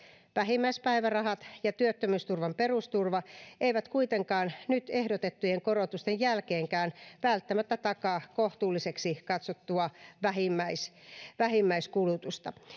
vähimmäispäivärahat ja työttömyysturvan perusturva eivät kuitenkaan nyt ehdotettujen korotusten jälkeenkään välttämättä takaa kohtuulliseksi katsottua vähimmäiskulutusta vähimmäiskulutusta